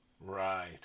Right